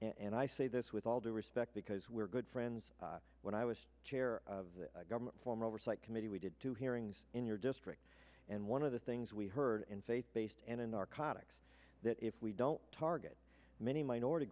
and i say this with all due respect because we're good friends when i was chair of the government former oversight committee we did two hearings in your district and one of the things we heard in faith based and a narcotic that if we don't target many minority